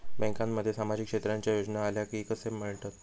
बँकांमध्ये सामाजिक क्षेत्रांच्या योजना आल्या की कसे कळतत?